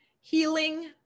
healing